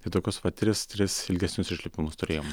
tai tokius va tris tris ilgesnius išlipimus turėjom